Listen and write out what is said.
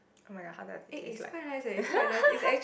oh-my-god how does it taste like